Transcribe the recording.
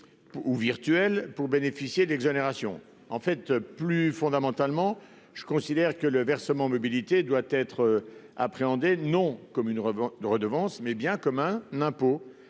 ou « virtuel » pour bénéficier de l'exonération. Plus fondamentalement, je pense que le versement mobilité doit être considéré non comme une redevance, mais bien comme un impôt,